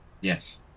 Yes